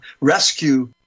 rescue